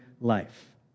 life